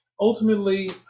ultimately